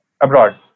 Abroad